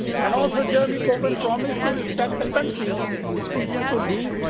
and also jeremy corbyn promised to respect the country's decision to leave,